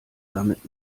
damit